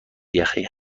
یخی